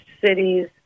cities